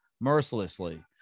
mercilessly